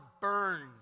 burned